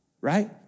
right